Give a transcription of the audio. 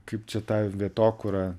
kaip čia tą vietokūrą